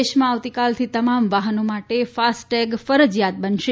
દેશમાં આવતીકાલથી તમામ વાહનો માટે ફાસ્ટટૈગ ફરજીયાત બનશે